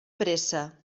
pressa